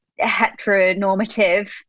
heteronormative